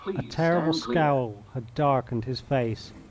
a terrible scowl had darkened his face.